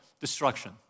destruction